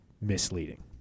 misleading